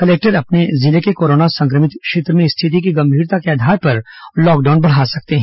collector अपने जिले के कोरोना संक्रमित क्षेत्र में स्थिति की गंभीरता के आधार पर लॉकडाउन बढ़ा सकते हैं